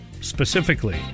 specifically